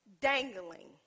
dangling